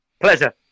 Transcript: Pleasure